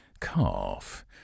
calf